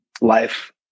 life